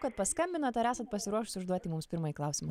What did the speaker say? kad paskambinot ar esat pasiruošusi užduoti mums pirmąjį klausimą